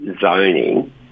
zoning